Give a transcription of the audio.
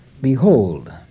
behold